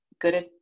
good